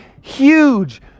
huge